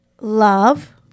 love